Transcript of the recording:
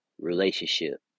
relationship